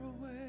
away